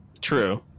True